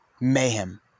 Mayhem